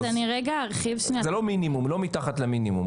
זה לא מינימום, לא מתחת למינימום.